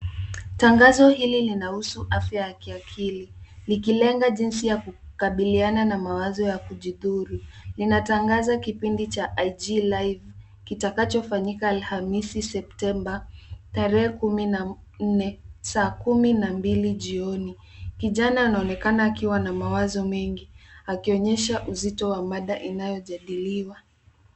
Tangazo hili linahusu afya ya kiakili, likilenga jinsi ya kukabiliana na mawazo ya kujidhuru. Linatangaza kipindi cha IG Live kitakachofanyika Alhamisi, Septemba tarehe kumi na nne, saa kumi na mbili jioni. Kijana anaonekana akiwa na mawazo mengi, akionyesha uzito wa mada inayojadiliwa.